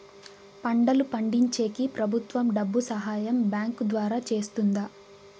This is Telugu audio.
పంటలు పండించేకి ప్రభుత్వం డబ్బు సహాయం బ్యాంకు ద్వారా చేస్తుందా?